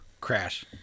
crash